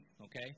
okay